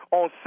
on